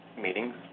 meetings